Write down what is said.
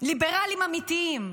ליברלים אמיתיים.